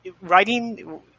writing